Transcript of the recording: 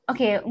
Okay